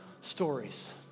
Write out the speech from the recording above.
stories